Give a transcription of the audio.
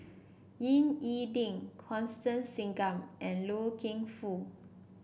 Ying E Ding Constance Singam and Loy Keng Foo